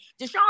Deshaun